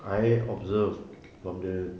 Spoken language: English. I observe from the